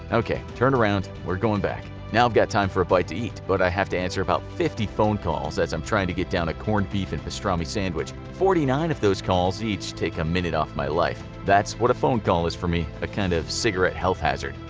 ok, turn around, we're going back. now i've got time for a bite to eat, but i have to answer about fifty phone calls as i'm trying to get down a corned beef and pastrami sandwich. forty nine of those calls each take a minute off my life. that's what a phone call is for me, a kind of cigarette health hazard.